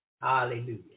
Hallelujah